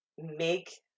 make